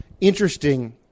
Interesting